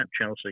Chelsea